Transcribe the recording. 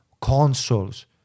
consoles